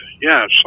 yes